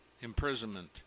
imprisonment